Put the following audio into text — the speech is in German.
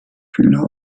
fühler